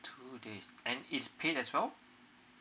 two days and is it paid as well